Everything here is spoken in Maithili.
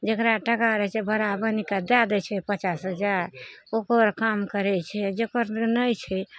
जकरा टाका रहय छै बड़ा बनिकऽ दए दै छै पचास हजार ओकर काम करय छै जकर लग नहि छै